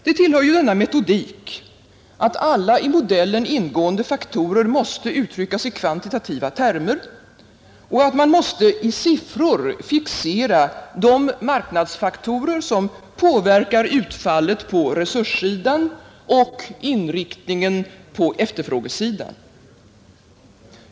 Det tillhör ju denna metodik att alla i modellen ingående faktorer måste uttryckas i kvantitativa termer och att man måste i siffror fixera de marknadsfaktorer som påverkar utfallet på resurssidan och inriktningen på efterfrågesidan.